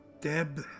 Deb